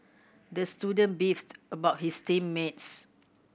the student beefed about his team mates